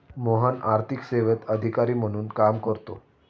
मोहन आर्थिक सेवेत अधिकारी म्हणून काम करतो